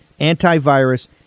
antivirus